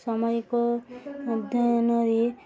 ସମୟକ ମଧ୍ୟୟନରେ